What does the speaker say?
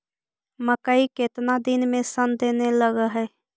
मकइ केतना दिन में शन देने लग है?